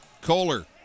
Kohler